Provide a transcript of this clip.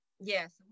Yes